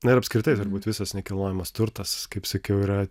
na ir apskritai turbūt visas nekilnojamas turtas kaip sakiau yra